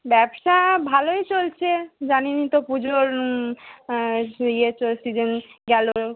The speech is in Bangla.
ব্যবসা ভালোই চলছে জানেনই তো পুজোর ইয়ে চল সিজেন গেল